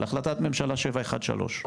החלטת ממשלה 713,